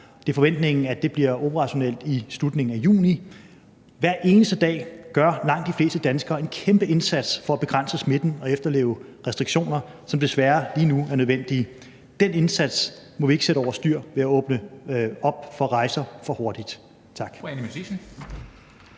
Det er forventningen, at det bliver operationelt i slutningen af juni. Hver eneste dag gør langt de fleste danskere en kæmpe indsats for at begrænse smitten og efterleve restriktioner, som desværre lige nu er nødvendige. Den indsats må vi ikke sætte over styr ved at åbne op for rejser for hurtigt.